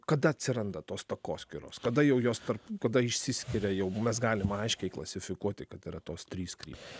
kada atsiranda tos takoskyros kada jau jos tarp kada išsiskiria jau mes galim aiškiai klasifikuoti kad yra tos trys kryptys